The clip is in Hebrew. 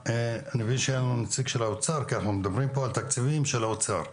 כי אנחנו מדברים פה על תקציבים של האוצר.